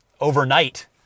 overnight